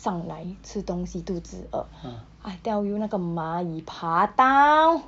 上来吃东西肚子饿 I tell you 那个蚂蚁爬到